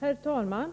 Herr talman!